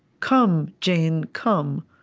come, jane, come.